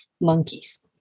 monkeys